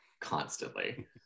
constantly